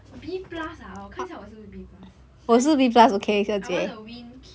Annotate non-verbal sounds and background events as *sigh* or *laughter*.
B plus ah 哦看下我是不是 B plus *noise* I want to win keith that are like I tried hand I was like ang mo part already